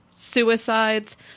suicides